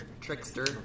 trickster